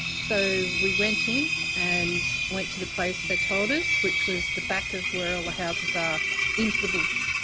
so we went in and went to the place they told us which was the back of where all the ah houses are into the bush,